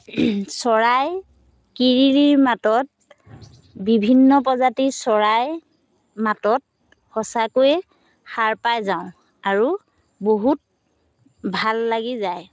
চৰাই কিৰিলি মাতত বিভিন্ন প্ৰজাতিৰ চৰাইৰ মাতত সঁচাকৈয়ে সাৰ পাই যাওঁ আৰু বহুত ভাল লাগি যায়